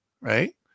right